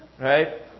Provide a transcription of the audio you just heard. right